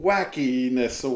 Wackiness